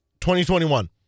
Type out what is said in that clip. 2021